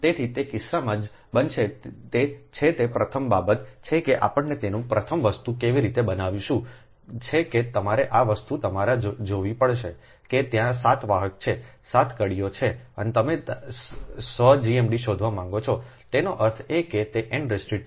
તેથી તે કિસ્સામાં જે બનશે તે છે તે પ્રથમ બાબત છે કે આપણે તેને પ્રથમ વસ્તુ કેવી રીતે બનાવશું તે છે કે તમારે આ વસ્તુ તમારે જોવી પડશે કે ત્યાં 7 વાહક છે 7 ીઓ છે અને તમે સ્વ GMD શોધવા માંગો છોતેનો અર્થ એ કે તે n 2 છે